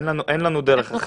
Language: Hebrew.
אין לנו דרך אחרת?